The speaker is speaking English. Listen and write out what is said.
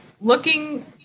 looking